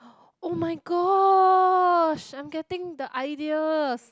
[oh]-my-gosh I'm getting the ideas